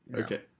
Okay